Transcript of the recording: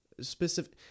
specific